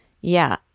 Yeah